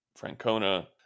Francona